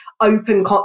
open